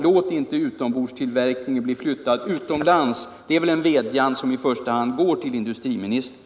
Låt inte utombordstillverkningen bli flyttad utomlands!” Det är väl en vädjan som i första hand går till industriministern.